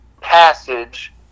passage